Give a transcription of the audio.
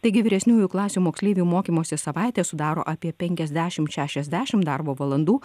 taigi vyresniųjų klasių moksleivių mokymosi savaitę sudaro apie penkiasdešimt šešiasdešimt darbo valandų